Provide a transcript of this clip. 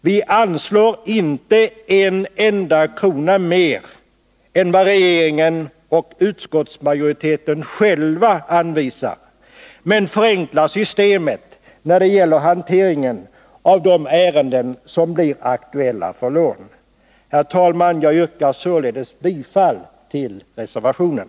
Vi föreslår inte anslag på en enda krona mer än vad regeringen och utskottsmajoriteten själva anvisar, men vi förenklar systemet när det gäller hanteringen av de ärenden som blir aktuella för lån. Herr talman! Jag yrkar således bifall till reservationen.